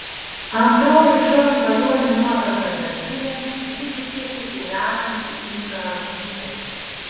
antroji šou svajonių nuotaka dalyvė grigiškėse gyvenanti inga razmutė